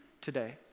today